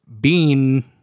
Bean